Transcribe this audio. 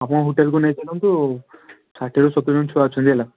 ଆପଣଙ୍କ ହୋଟେଲ୍କୁ ନେଇ ଚାଲନ୍ତୁ ଷାଠିଏରୁ ସତୁରୀ ଜଣ ଛୁଆ ଅଛନ୍ତି ହେଲା